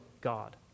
God